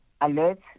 alert